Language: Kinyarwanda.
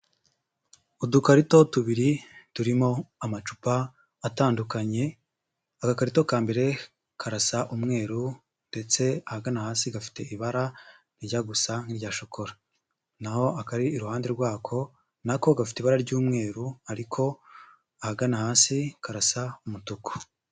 Udukarito tubiri turimo amacupa atandukanye, agakarito ka mbere karasa umweru ndetse ahagana hasi gafite ibara rijya gusa nk'irya shokora. Naho akari iruhande rwako na ko gafite ibara ry'umweru ariko ahagana hasi karasa umutuku.